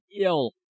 ill